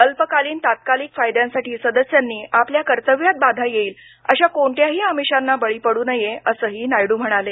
अल्पकालीन तात्कालिक फायद्यांसाठी सदस्यांनी आपल्या कर्तव्यात बाधा येईल अशा कोणत्याही आमिषांना बळी पडू नये असंही नायडू म्हणाले